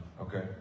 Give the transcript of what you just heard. Okay